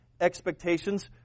expectations